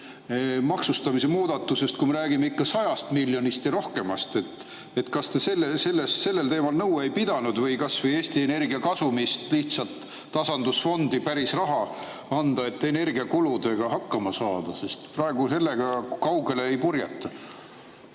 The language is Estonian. [rahastamise] muudatusest, kui me räägiksime 100 miljonist ja rohkemast. Kas te sellel teemal nõu ei pidanud? Võiks kas või Eesti Energia kasumist lihtsalt tasandusfondi raha anda, et energiakuludega hakkama saada. Praegu sellega kaugele ei purjeta.